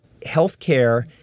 healthcare